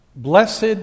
Blessed